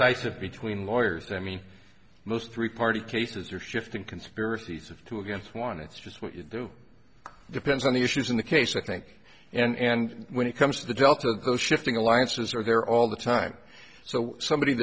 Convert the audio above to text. said between lawyers i mean most three party cases are shifting conspiracies of two against one it's just what you do depends on the issues in the case i think and when it comes to the delta those shifting alliances are there all the time so somebody